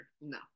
no